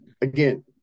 again